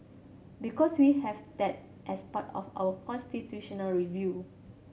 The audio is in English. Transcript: because we have that as part of our constitutional review